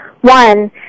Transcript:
One